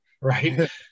Right